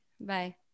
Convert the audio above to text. Bye